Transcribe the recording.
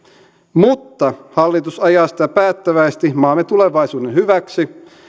mutta hallitus ajaa sitä päättäväisesti maamme tulevaisuuden hyväksi